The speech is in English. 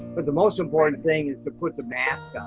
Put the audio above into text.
but the most important thing is to put the mask on.